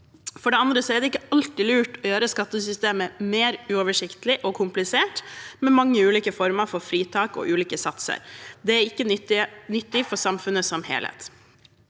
For det andre er det ikke alltid lurt å gjøre skattesystemet mer uoversiktlig og komplisert, med mange ulike former for fritak og ulike satser. Det er ikke nyttig for samfunnet som helhet.